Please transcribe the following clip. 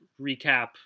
recap